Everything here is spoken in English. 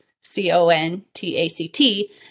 C-O-N-T-A-C-T